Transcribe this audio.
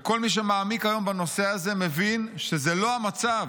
וכל מי שמעמיק היום בנושא הזה מבין שזה לא המצב.